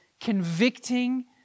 convicting